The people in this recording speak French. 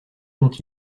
dont